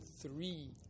three